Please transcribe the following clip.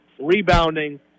rebounding